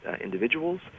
individuals